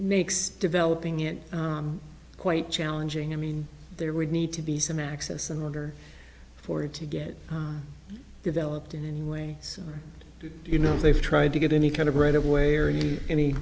makes developing it quite challenging i mean there would need to be some access in order for it to get developed in any way so you know they've tried to get any kind of